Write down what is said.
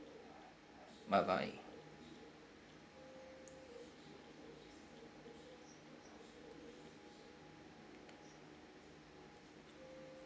bye bye